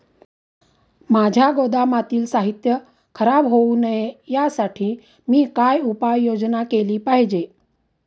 माझ्या गोदामातील साहित्य खराब होऊ नये यासाठी मी काय उपाय योजना केली पाहिजे?